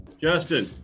Justin